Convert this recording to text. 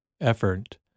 effort